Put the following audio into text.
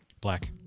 Black